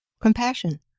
Compassion